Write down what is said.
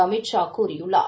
அமித் ஷா கூறியுள்ளார்